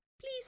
please